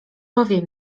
powie